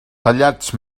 tallats